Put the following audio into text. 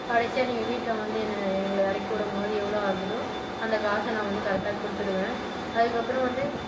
கடைசியாக நீங்கள் வீட்டில் வந்து என்னை எங்களை இறக்கிவிடும் போது எவ்வளோ ஆகுதோ அந்தக் காசை நான் வந்து கரெட்டாக கொடுத்துடுவேன் அதுக்கப்புறம் வந்து